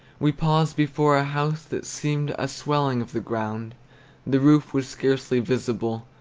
we paused before a house that seemed a swelling of the ground the roof was scarcely visible,